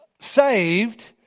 saved